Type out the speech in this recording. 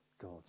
God